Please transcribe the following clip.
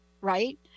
right